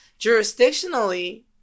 jurisdictionally